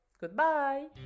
Goodbye